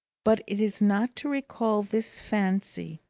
but it is not to recall this fancy,